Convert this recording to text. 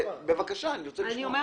בבקשה, אני רוצה לשמוע.